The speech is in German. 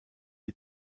die